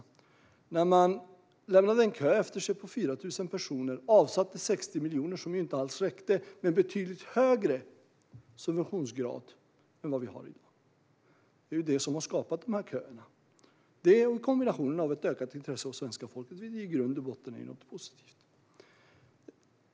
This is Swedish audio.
Alliansregeringen lämnade en kö efter sig på 4 000 personer och satte av 60 miljoner, som ju inte alls räckte, med betydligt högre subventionsgrad än i dag. Detta i kombination med ett ökat intresse hos svenska folket har skapat köerna - vilket i grund och botten är positivt. Fru talman!